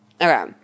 Okay